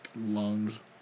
Lungs